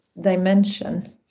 dimension